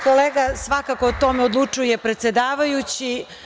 Kolega, svakako o tome odlučuje predsedavajući.